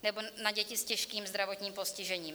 Nebo na děti s těžkým zdravotním postižením.